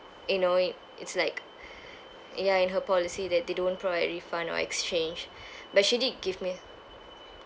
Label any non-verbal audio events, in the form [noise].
you know it's like [breath] ya in her policy that they don't provide refund or exchange [breath] but she did give me